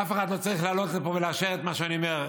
אף לא צריך לעלות לפה ולאשר את מה שאני אומר,